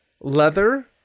leather